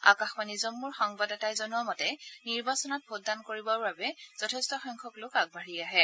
আকাশবাণী জম্মুৰ সংবাদদাতাই জনোৱা মতে নিৰ্বাচনত ভোটদান কৰিবৰ বাবে যথেষ্ট সংখ্যক লোক আগবাঢ়ি আহে